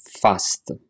fast